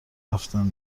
رفتن